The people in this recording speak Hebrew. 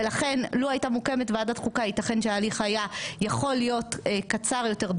ולכן לו הייתה מוקמת ועדת חוקה ייתכן שההליך היה יכול להיות קצר יותר,